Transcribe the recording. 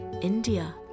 India